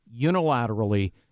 unilaterally